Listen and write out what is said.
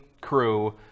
crew